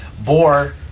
Boar